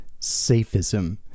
safism